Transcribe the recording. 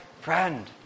friend